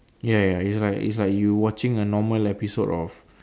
ya ya it's like if you watching a normal episode of